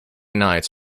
nights